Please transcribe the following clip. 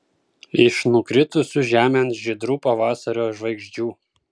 iš nukritusių žemėn žydrų pavasario žvaigždžių